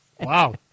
Wow